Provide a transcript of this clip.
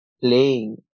playing